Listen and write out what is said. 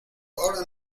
ahora